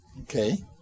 Okay